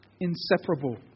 Inseparable